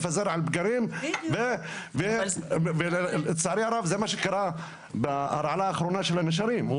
מפזר על פגרים ולצערי הרב זה מה שקרה בהרעלה האחרונה של הנשרים.